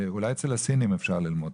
אולי אצל הסינים אפשר ללמוד,